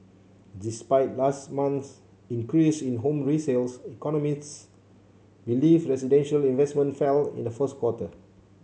despite last month's increase in home resales economists believe residential investment fell in the first quarter